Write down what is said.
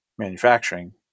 Manufacturing